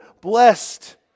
blessed